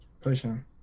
pushing